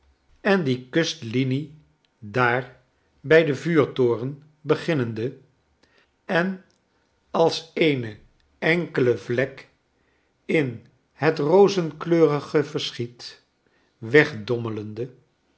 en die kustlinie daar bij den vuurtoren beginnende en als eene enkele vlek in het rozenkleurige verschiet wegdommelende